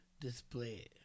display